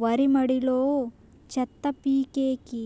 వరి మడిలో చెత్త పీకేకి